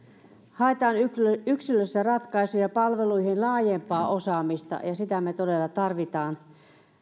haetaan yksilöllisiä ratkaisuja ja palveluihin laajempaa osaamista ja sitä todella tarvitaan